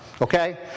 Okay